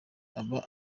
aba